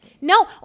No